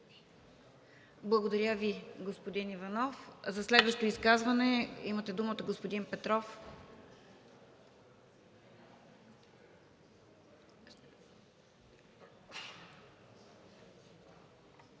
Благодаря Ви, господин Иванов. За следващо изказване? Имате думата, господин Петров.